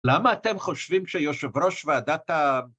למה אתם חושבים שיושב ראש ועדת ה...